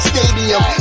Stadium